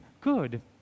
good